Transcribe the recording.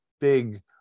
big